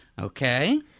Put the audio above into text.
Okay